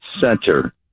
center